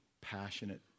passionate